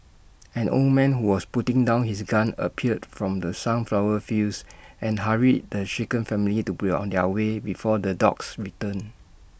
an old man who was putting down his gun appeared from the sunflower fields and hurried the shaken family to be on their way before the dogs return